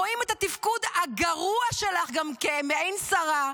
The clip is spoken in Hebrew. רואים את התפקוד הגרוע שלך גם כמעין שרה.